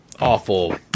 Awful